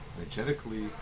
energetically